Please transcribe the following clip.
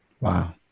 Wow